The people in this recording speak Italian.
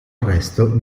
arresto